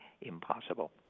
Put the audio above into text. impossible